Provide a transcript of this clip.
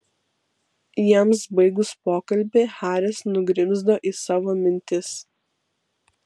jiems baigus pokalbį haris nugrimzdo į savo mintis